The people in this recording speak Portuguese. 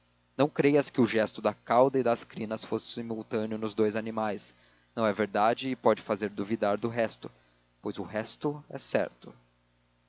não creias que o gesto da cauda e das crinas fosse simultâneo nos dous animais não é verdade e pode fazer duvidar do resto pois o resto é certo